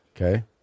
Okay